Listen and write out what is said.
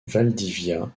valdivia